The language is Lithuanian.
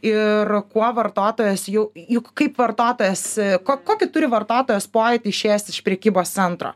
ir kuo vartotojas jau juk kaip vartotojas ko kokį turi vartotojas pojūtį išėjęs iš prekybos centro